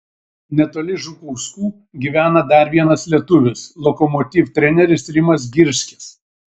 netoli žukauskų gyvena dar vienas lietuvis lokomotiv treneris rimas girskis